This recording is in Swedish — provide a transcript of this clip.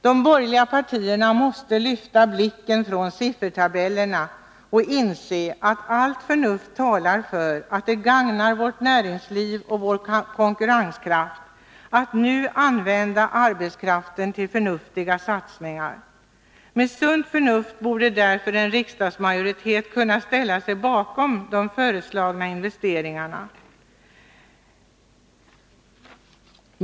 De borgerliga partierna måste lyfta blicken från siffertabellerna och inse att allt förnuft talar för att det gagnar vårt näringsliv och vår konkurrenskraft att nu använda arbetskraften till förnuftiga satsningar. Med sunt förnuft borde därför en riksdagsmajoritet kunna ställa sig bakom de föreslagna investeringarna.